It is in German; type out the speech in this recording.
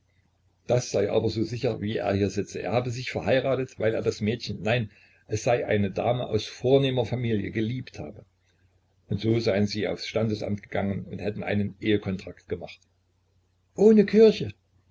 das sei aber so sicher wie er hier sitze er habe sich verheiratet weil er das mädchen nein es sei eine dame aus vornehmer familie geliebt habe und so seien sie aufs standesamt gegangen und hätten einen ehekontrakt gemacht ohne kirche